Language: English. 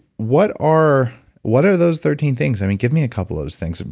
what are what are those thirteen things? give me a couple of those things.